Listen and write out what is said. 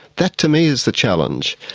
that to me is the challenge.